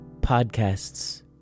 podcasts